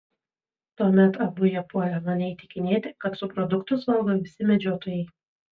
tuomet abu jie puolė mane įtikinėti kad subproduktus valgo visi medžiotojai